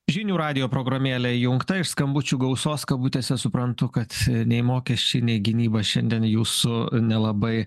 žinių radijo programėlė įjungta ir skambučių gausos kabutėse suprantu kad nei mokesčiai nei gynyba šiandien jūsų nelabai